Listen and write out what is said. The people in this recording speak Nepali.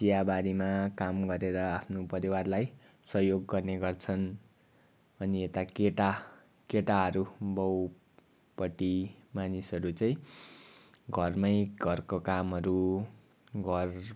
चियाबारीमा काम गरेर आफ्नो परिवारलाई सहयोग गर्ने गर्छन् अनि यता केटा केटाहरू बाउपट्टि मानिसहरू चाहिँ घरमै घरको कामहरू घर